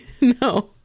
No